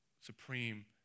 supreme